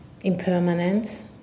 impermanence